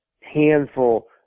handful